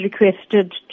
requested